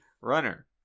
runner